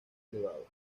elevado